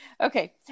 Okay